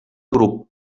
grup